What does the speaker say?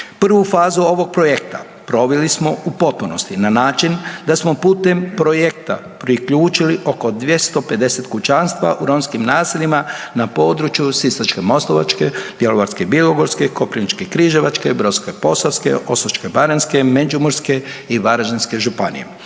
Prvu fazu ovog projekta proveli smo u potpunosti na način da smo putem projekta priključili oko 250 kućanstava u romskim naseljima na područjima Sisačko-moslavačke, Bjelovarsko-bilogorske, Koprivničko-križevačke, Brodsko-posavske, Osječko-baranjske, Međimurske i Varaždinske županije.